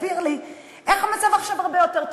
מכל הצעת חוק בקריאה ראשונה אני נותן לה חמש דקות.